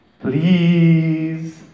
Please